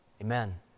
Amen